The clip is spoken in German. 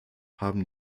haben